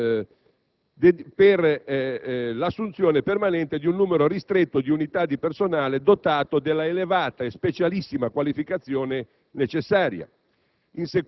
per l'assunzione permanente di un numero ristretto di unità di personale dotato dell'elevata e specialissima qualificazione necessaria.